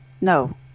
no